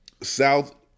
South